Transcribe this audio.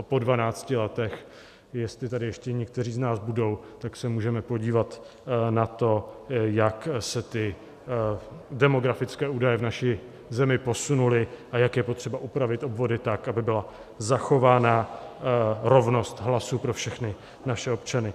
Po 12 letech, jestli tady ještě někteří z nás budou, se můžeme podívat na to, jak se demografické údaje v naší zemi posunuly a jak je potřeba upravit obvody tak, aby byla zachována rovnost hlasů pro všechny naše občany.